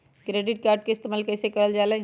Credit card के इस्तेमाल कईसे करल जा लई?